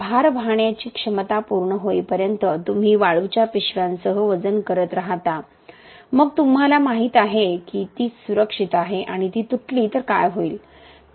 भार वाहण्याची क्षमता पूर्ण होईपर्यंत तुम्ही वाळूच्या पिशव्यांसह वजन करत राहता मग तुम्हाला माहिती आहे की ती सुरक्षित आहे आणि ती तुटली तर काय होईल